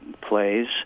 plays